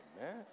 man